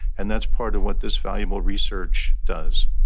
and that's part of what this valuable research does.